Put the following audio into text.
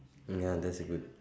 ya that is a good